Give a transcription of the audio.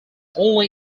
only